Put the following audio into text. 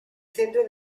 centro